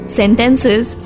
sentences